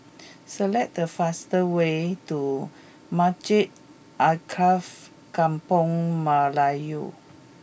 select the fast way to Masjid Alkaff Kampung Melayu